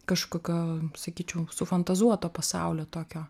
kažkokio sakyčiau sufantazuoto pasaulio tokio